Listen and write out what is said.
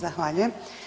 Zahvaljujem.